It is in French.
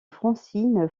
francine